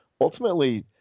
ultimately